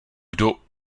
kdo